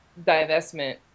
divestment